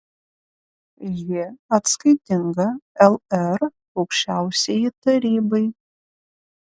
ji atskaitinga lr aukščiausiajai tarybai